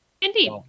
Indeed